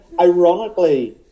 Ironically